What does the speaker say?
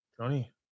Johnny